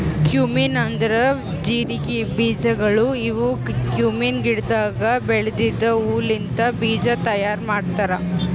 cumin ಅಂದುರ್ ಜೀರಿಗೆ ಬೀಜಗೊಳ್ ಇವು ಕ್ಯುಮೀನ್ ಗಿಡದಾಗ್ ಬೆಳೆದಿದ್ದ ಹೂ ಲಿಂತ್ ಬೀಜ ತೈಯಾರ್ ಮಾಡ್ತಾರ್